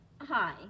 Hi